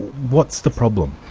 what's the problem?